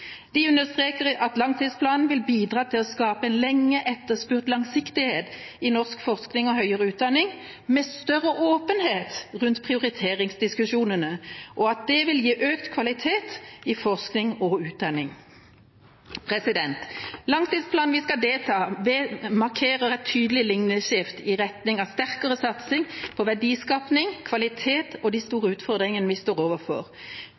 De understreker at langtidsplanen vil bidra til å skape en lenge etterspurt langsiktighet i norsk forskning og høyere utdanning med større åpenhet rundt prioriteringsdiskusjonene, og at det vil gi økt kvalitet i forskning og utdanning. Langtidsplanen vi skal vedta, markerer et tydelig linjeskift i retning av sterkere satsing på verdiskaping, kvalitet og de store utfordringene vi står overfor.